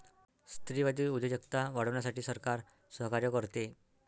स्त्रीवादी उद्योजकता वाढवण्यासाठी सरकार सहकार्य करते